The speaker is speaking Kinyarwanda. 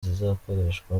zizakoreshwa